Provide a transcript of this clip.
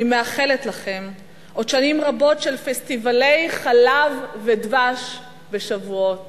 אני מאחלת לכם עוד שנים רבות של פסטיבלי חלב ודבש בשבועות